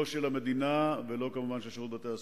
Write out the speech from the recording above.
לא של המדינה וכמובן לא של שירות בתי-הסוהר.